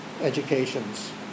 educations